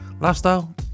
lifestyle